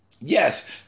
Yes